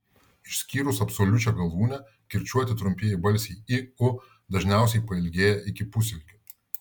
išskyrus absoliučią galūnę kirčiuoti trumpieji balsiai i u dažniausiai pailgėja iki pusilgių